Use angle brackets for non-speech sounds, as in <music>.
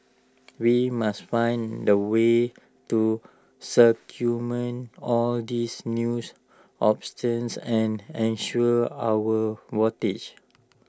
we must find way to circument all these news <unintelligible> and unsure our <unintelligible>